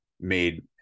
made